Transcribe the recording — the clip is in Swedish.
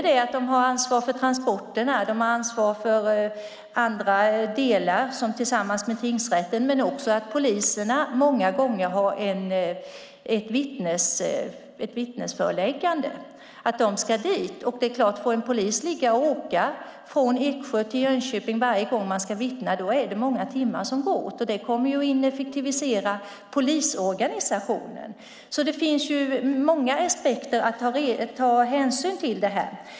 Polisen har ansvar för transporterna och för andra delar tillsammans med tingsrätten, men poliser har också många gånger ett vittnesföreläggande som gör att de ska dit. Om en polis måste åka från Eksjö till Jönköping varje gång man ska vittna är det många timmar som går åt. Det kommer att ineffektivisera polisorganisationen. Det finns många aspekter att ta hänsyn till här.